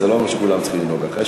זה לא אומר שכולם צריכים לנהוג ככה.